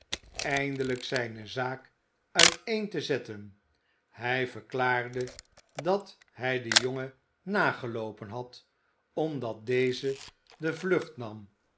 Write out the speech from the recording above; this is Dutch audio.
eindelijk zijne zaak uiteen te zetten hij verklaarde dat hij den jongen nageloopen had omdat deze de vlucht nam